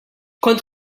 kont